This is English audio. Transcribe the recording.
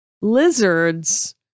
lizards